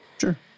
Sure